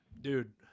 dude